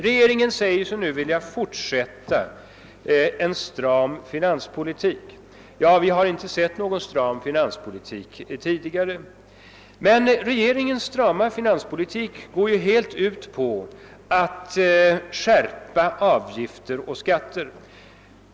Nu säger sig regeringens talesmän vilja fortsätta att föra en stram finanspolitik — vi har dock inte sett till någon stram finanspolitik tidigare — men regeringens strama finanspolitik går helt ut på att skärpa avgifter och skatter.